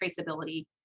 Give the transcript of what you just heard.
traceability